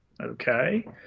Okay